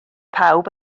pawb